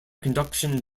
conduction